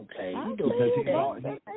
Okay